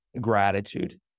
Gratitude